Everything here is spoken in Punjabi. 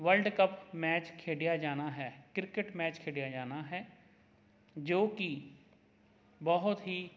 ਵਰਲਡ ਕੱਪ ਮੈਚ ਖੇਡਿਆ ਜਾਣਾ ਹੈ ਕ੍ਰਿਕਟ ਮੈਚ ਖੇਡਿਆ ਜਾਣਾ ਹੈ ਜੋ ਕਿ ਬਹੁਤ ਹੀ